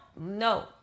no